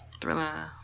Thriller